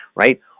right